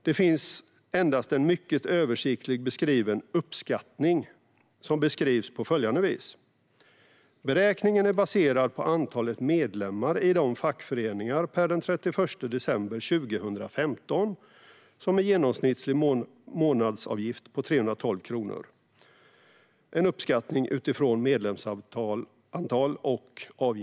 Det finns endast en mycket översiktligt beskriven uppskattning, som beskrivs på följande vis: "Beräkningen är baserad på antalet medlemmar i de olika fackföreningar per den 31 december 2015 samt en genomsnittlig månadsavgift på 312 kronor ".